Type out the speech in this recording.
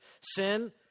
sin